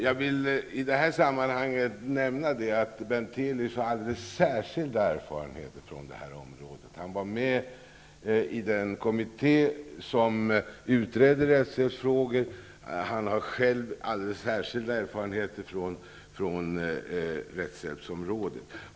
Jag vill i detta sammanhang nämna att Bentelius själv har särskilda erfarenheter från detta område. Han var med i den kommitté som utredde rättshjälpsfrågor.